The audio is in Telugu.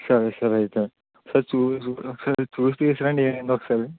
సరే సార్ అయితే సార్ చూ ఒకసారి చూసి తీసరండి ఏమైందో ఒకసారి